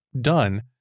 done